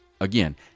Again